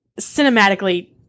cinematically